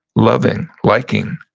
loving, liking,